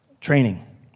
training